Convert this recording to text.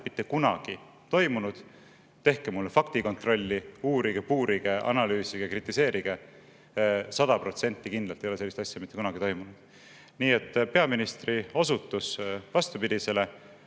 mitte kunagi toimunud. Tehke faktikontroll, uurige, puurige, analüüsige, kritiseerige. Sada protsenti kindlalt ei ole sellist asja mitte kunagi toimunud. Nii et peaministri osutus vastupidisele,